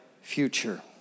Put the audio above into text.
future